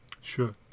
Sure